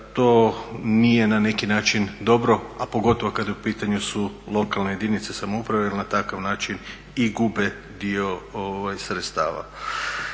to nije na neki način dobro, a pogotovo kada su u pitanju lokalne jedinice samouprave, jel na takav način i gube dio sredstava.